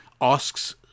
asks